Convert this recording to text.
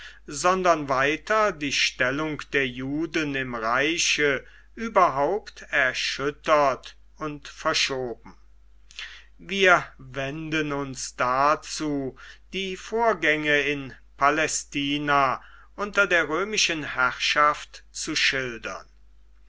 sondern weiter die stellung der juden im reiche überhaupt erschüttert und verschoben wir wenden uns dazu die vorgänge in palästina unter der römischen herrschaft zu schildern